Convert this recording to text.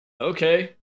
okay